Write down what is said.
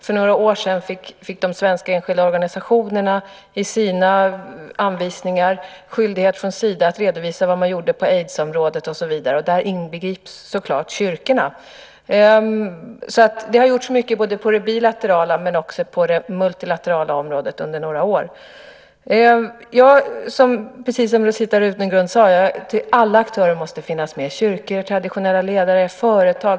För några år sedan fick de svenska enskilda organisationerna i sina anvisningar från Sida skyldighet att redovisa vad de gjorde på aidsområdet och så vidare. Där inbegrips så klart kyrkorna. Det har gjorts mycket på det bilaterala men också på det multilaterala området under några år. Precis som Rosita Runegrund sade så måste alla aktörer finnas med - kyrkor, traditionella ledare och företag.